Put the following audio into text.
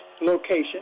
location